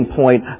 point